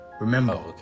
Remember